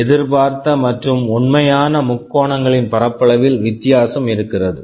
எதிர்பார்த்த மற்றும் உண்மையான முக்கோணங்களின் பரப்பளவில் வித்தியாசம் இருக்கிறது